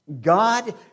God